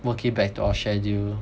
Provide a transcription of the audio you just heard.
work it back to our schedule